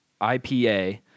IPA